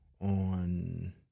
on